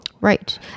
Right